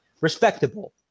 respectable